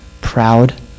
proud